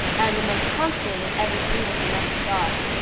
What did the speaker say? and the most constant in every breed of domestic dogs,